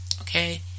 okay